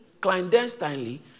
clandestinely